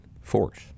force